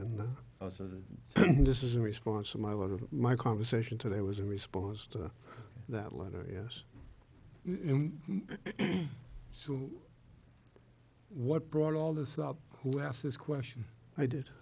and this is in response to my what of my conversation today was a response to that letter yes so what brought all this out who asked this question i did